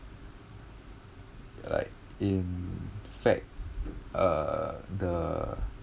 like in fact uh the